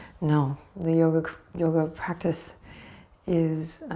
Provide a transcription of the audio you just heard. no, the yoga yoga practice is